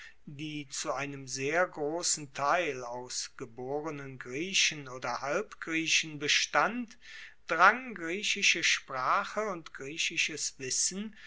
die zu einem sehr grossen teil aus geborenen griechen oder halbgriechen bestand drang griechische sprache und griechisches wissen